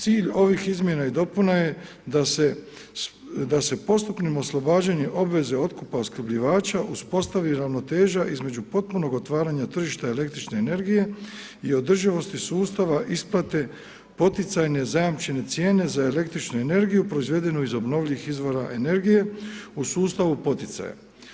Cilj ovih izmjena i dopuna je da se postupnim oslobađanjem obveze otkupa opskrbljivača uspostavi ravnoteža između potpunog otvaranja tržišta električne energije i održivosti sustava isplate poticajne zajamčene cijene za električnu energiju proizvedenu iz obnovljivih izvora energije u sustavu poticaja.